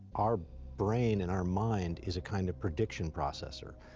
our brain and our mind is a kind of prediction processor.